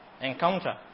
encounter